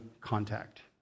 contact